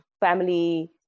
family